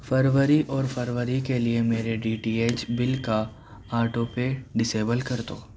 فروری اور فروری کے لیے میرے ڈی ٹی ایچ بل کا آٹو پے ڈسیبل کر دو